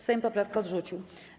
Sejm poprawkę odrzucił.